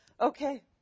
Okay